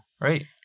right